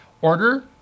order